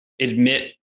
admit